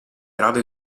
grado